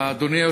אדוני.